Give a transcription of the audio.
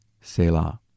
Selah